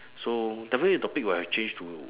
so definitely the topic will have changed to